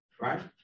right